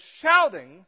shouting